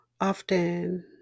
often